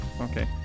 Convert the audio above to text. Okay